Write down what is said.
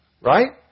Right